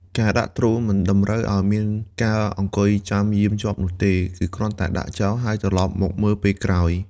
ការដាក់ទ្រូ មិនតម្រូវឲ្យមានការអង្គុយចាំយាមជាប់នោះទេ គឺគ្រាន់តែដាក់ចោលហើយត្រឡប់មកមើលពេលក្រោយ។